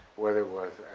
whether it was